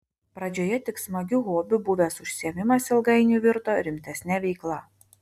pradžioje tik smagiu hobiu buvęs užsiėmimas ilgainiui virto rimtesne veikla